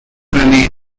remained